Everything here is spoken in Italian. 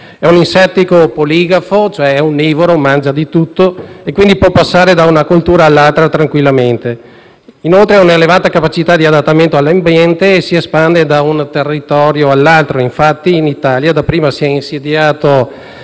È un insetto polifago - è onnivoro, mangia di tutto - e quindi può passare da una coltura all'altra tranquillamente. Inoltre, ha un'elevata capacità di adattamento all'ambiente e si espande da un territorio all'altro. Infatti, in Italia si è dapprima insediato